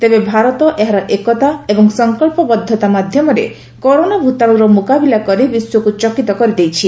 ତେବେ ଭାରତ ଏହାର ଏକତା ଏବଂ ସଂକଳ୍ପବଦ୍ଧତା ମାଧ୍ୟମରେ କରୋନା ଭୂତାଣୁର ମୁକାବିଲା କରି ବିଶ୍ୱକୁ ଚକିତ କରିଦେଇଛି